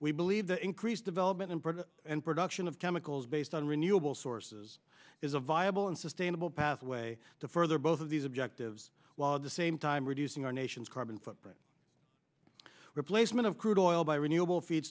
we believe the increased development in britain and production of chemicals based on renewable sources is a viable and sustainable pathway to further both of these objectives while the same time reducing our nation's carbon footprint replacement of crude oil by renewable feed